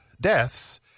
deaths